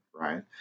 Right